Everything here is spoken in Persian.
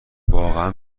واقعا